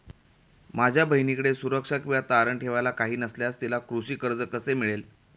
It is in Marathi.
माझ्या बहिणीकडे सुरक्षा किंवा तारण ठेवायला काही नसल्यास तिला कृषी कर्ज कसे मिळेल?